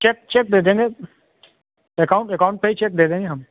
check check दे देंगे account account पे ही चेक दे देंगे हम